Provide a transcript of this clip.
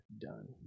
done